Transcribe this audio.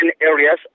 areas